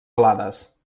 alades